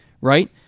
right